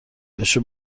بشه